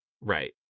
Right